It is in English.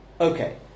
Okay